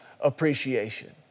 appreciation